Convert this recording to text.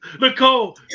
Nicole